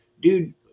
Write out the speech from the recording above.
dude